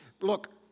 look